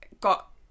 got